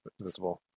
visible